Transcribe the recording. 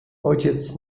ojciec